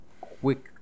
quick